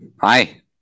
hi